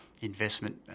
investment